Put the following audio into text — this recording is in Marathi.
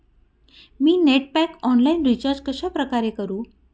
मी नेट पॅक ऑनलाईन रिचार्ज कशाप्रकारे करु?